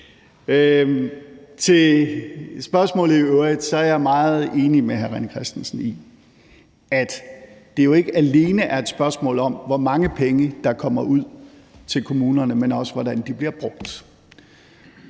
i øvrigt, er jeg meget enig med hr. René Christensen i, at det jo ikke alene er et spørgsmål om, hvor mange penge der kommer ud til kommunerne, men også om, hvordan de bliver brugt.